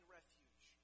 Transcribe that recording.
refuge